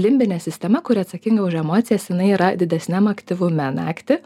limbinė sistema kuri atsakinga už emocijas jinai yra didesniam aktyvume naktį